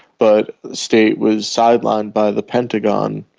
but state was sidelined by the pentagon,